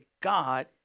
God